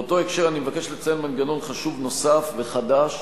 באותו הקשר אני מבקש לציין מנגנון חשוב נוסף וחדש,